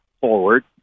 forward